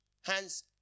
hands